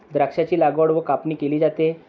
द्राक्षांची लागवड व कापणी केली जाते